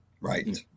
Right